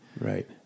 Right